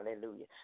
Hallelujah